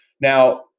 now